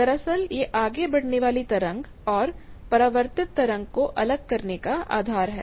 दरअसल यह आगे बढ़ने वाली तरंग और परावर्तित तरंग को अलग करने का आधार है